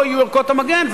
לא יהיו ערכות המגן,